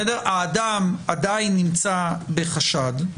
האדם עדיין נמצא בחשד,